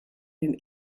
den